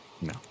no